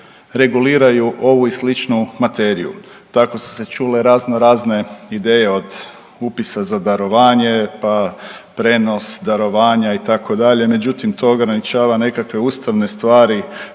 reguliraju ovu i sličnu materiju. Tako su se čule raznorazne ideje od upisa za darovanje, pa prijenos darovanja itd. Međutim, to ograničava nekakve ustavne stvari,